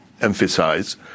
emphasize